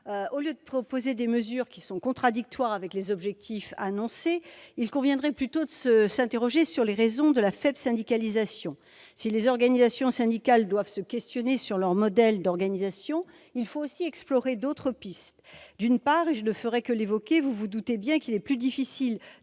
Au lieu de proposer des mesures contradictoires avec les objectifs annoncés, il conviendrait plutôt de s'interroger sur les raisons de la faible syndicalisation. Si les organisations syndicales doivent s'interroger sur leur modèle d'organisation, il faut aussi explorer d'autres pistes. D'une part- je ne ferai qu'évoquer ce point -, madame la ministre, vous vous doutez bien qu'il est plus difficile